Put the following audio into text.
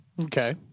Okay